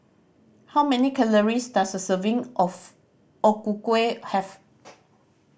how many calories does a serving of O Ku Kueh have